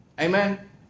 Amen